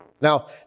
Now